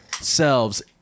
selves